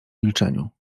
milczeniu